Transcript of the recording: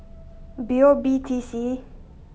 B O B T C